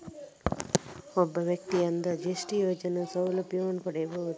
ಒಬ್ಬ ವ್ಯಕ್ತಿಯು ಅಂದಾಜು ಎಷ್ಟು ಯೋಜನೆಯ ಸೌಲಭ್ಯವನ್ನು ಪಡೆಯಬಹುದು?